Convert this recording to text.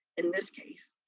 in this case,